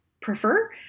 prefer